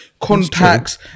contacts